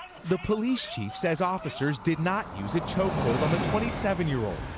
the police chief says officers did not use a choke hold on the twenty seven year old,